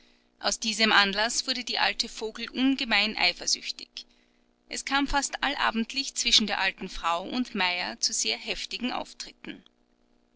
aus diesem anlaß wurde die alte vogel ungemein eifersüchtig es kam fast allabendlich zwischen der alten frau und meyer zu sehr heftigen auftritten